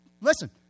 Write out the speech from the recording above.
listen